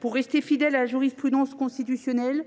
pour rester fidèle à la jurisprudence constitutionnelle